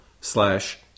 slash